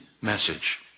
message